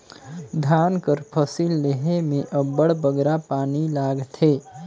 धान कर फसिल लेहे में अब्बड़ बगरा पानी लागथे